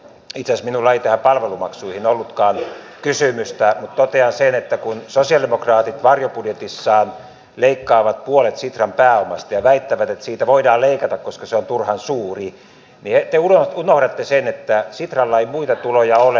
itse asiassa minulla ei tähän palvelumaksuihin ollutkaan kysymystä mutta totean sen että kun sosialidemokraatit varjobudjetissaan leikkaavat puolet sitran pääomasta ja väittävät että siitä voidaan leikata koska se on turhan suuri niin te unohdatte sen että sitralla ei muita tuloja ole